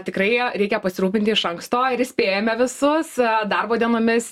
tikrai reikia pasirūpinti iš anksto ir įspėjame visus darbo dienomis